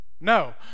No